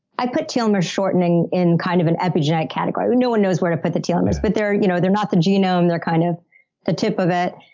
i put telomere shortening in kind of an epigenetic category. no one knows where to put the telomeres, but they're you know they're not the genome. they're kind of the tip of it.